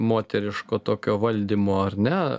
moteriško tokio valdymo ar ne